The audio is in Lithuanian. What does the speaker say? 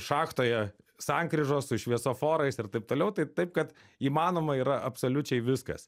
šachtoje sankryžos su šviesoforais ir taip toliau tai taip kad įmanoma yra absoliučiai viskas